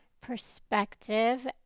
perspective